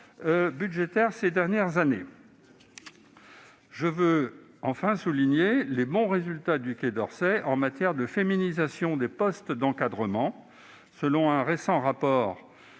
budgétaire ces dernières années. Enfin, je tiens à souligner les bons résultats du Quai d'Orsay en matière de féminisation des postes d'encadrement. En effet, selon un récent rapport